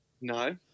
No